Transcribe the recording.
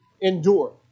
endure